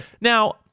Now